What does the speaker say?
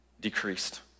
decreased